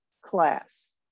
class